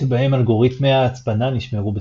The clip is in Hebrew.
שבהם אלגוריתמי הצפנה נשמרו בסוד.